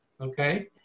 Okay